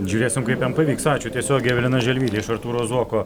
žiūrėsim kaip jam pavyks ačiū tiesiogiai evelina želvytė iš artūro zuoko